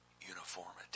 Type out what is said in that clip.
uniformity